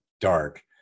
dark